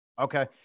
Okay